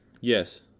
Yes